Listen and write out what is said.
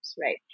right